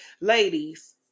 Ladies